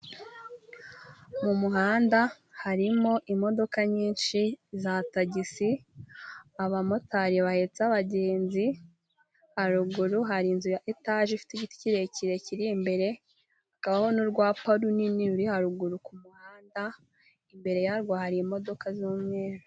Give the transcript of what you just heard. Mu muhanda harimo imodoka nyinshi za tagisi, abamotari bahetse abagenzi, haruguru hari inzu ya etaje ifite igiti kirekire kiri imbere, hakabaho n'urwapa runini ruri haruguru ku muhanda, imbere ya rwo hari imodoka z'umweru.